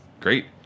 great